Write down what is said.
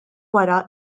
wara